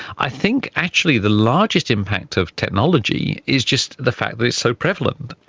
i think actually the largest impact of technology is just the fact that it's so prevalent,